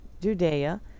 Judea